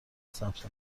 ثبت